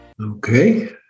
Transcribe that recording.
Okay